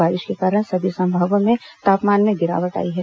बारिश के कारण सभी संभागों में तापमान में गिरावट आई है